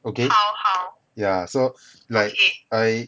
okay yeah so like I